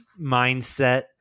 mindset